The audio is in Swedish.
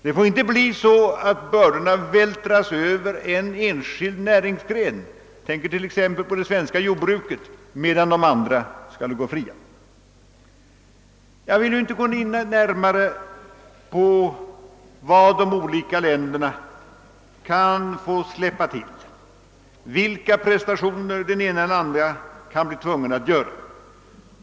Det får inte bli på det sättet att bördorna vältras över på en enskild näringsgren — jag tänker t.ex. på det svenska jordbruket — medan de andra skall gå fria. Jag vill inte här närmare beröra frågan om vad de olika länderna kan få släppa till, vilka prestationer det ena eller andra landet kan bli tvunget att göra.